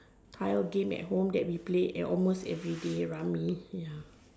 tile game at home that we play at home almost everyday rummy ya